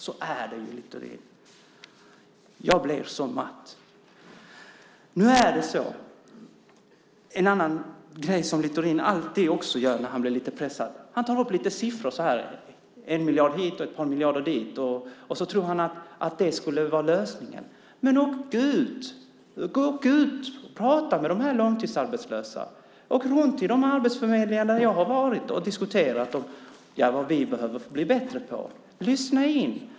Så är det ju, Littorin! Jag blir så matt. Det finns en annan grej som Littorin också alltid gör när han blir lite pressad. Han tar upp lite siffror - en miljard hit och ett par miljarder dit - och tror att det skulle vara lösningen. Men åk ut och prata med de långtidsarbetslösa! Åk runt till de arbetsförmedlingar där jag har varit och diskuterat vad vi behöver bli bättre på. Lyssna in!